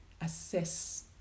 assess